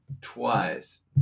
twice